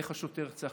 איך השוטר צריך,